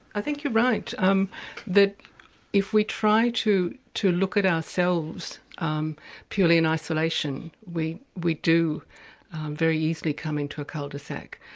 i think you're right, um that if we try to to look at ourselves um purely in isolation we we do very easily come into a cul-de-sac,